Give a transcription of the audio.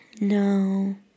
No